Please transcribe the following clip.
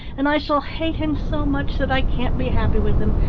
and i shall hate him so much that i can't be happy with him,